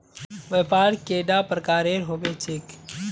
व्यापार कैडा प्रकारेर होबे चेक?